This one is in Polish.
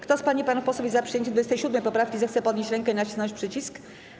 Kto z pań i panów posłów jest za przyjęciem 27. poprawki, zechce podnieść rękę i nacisnąć przycisk.